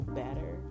better